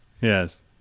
Yes